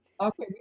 Okay